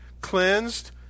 cleansed